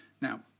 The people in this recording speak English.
Now